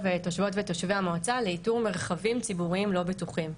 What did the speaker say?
תושבות ותושבי המועצה לאיתור מרחבים ציבוריים לא בטוחים.